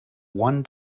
one